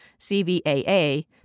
CVAA